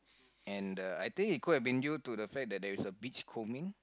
and then I think it could have been due to the fact that there is a beachcombing